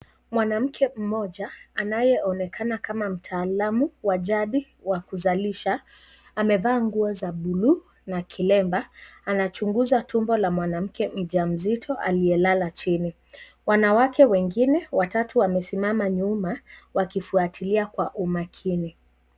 Mwanamke mmoja anayeonekana kama mtaalamu wa jadi wa kuzalisha amevaa nguo za bluu na kilemba anachunguza tumbo la mwanamke mjamzito aliyelala chini. Wanawake wengine watatu wamesimama nyuma wakifuatilia Kwa umakini.